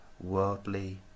worldly